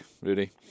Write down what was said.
Rudy